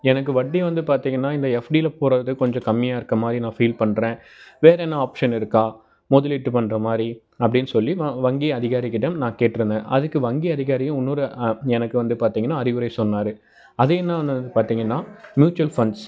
எனக்கு வட்டி வந்து பார்த்தீங்கன்னா இந்த எஃப்டியில போடுறது கொஞ்சம் கம்மியாக இருக்க மாதிரி நான் ஃபீல் பண்ணுறேன் வேறு என்ன ஆப்ஷன் இருக்கா முதலீட்டு பண்ணுற மாதிரி அப்படின்னு சொல்லி வங்கி அதிகாரிக் கிட்ட நான் கேட்டுருந்தேன் அதுக்கு வங்கி அதிகாரியும் இன்னொரு எனக்கு வந்து பார்த்தீங்கன்னா அறிவுரை சொன்னார் அது என்னான்னு வந்து பார்த்தீங்கன்னா மியூட்சுவல் ஃபண்ட்ஸ்